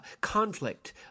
conflict